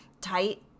tight